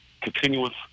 continuous